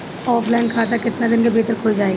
Offline खाता केतना दिन के भीतर खुल जाई?